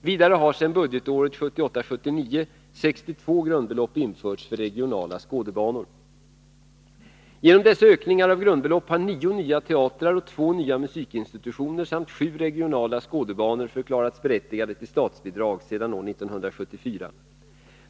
Vidare har sedan budgetåret 1978/79 62 grundbelopp införts för regionala skådebanor. Genom dessa ökningar av grundbelopp har nio nya teatrar och två nya musikinstitutioner samt sju regionala skådebanor förklarats berättigade till statsbidrag sedan år 1974.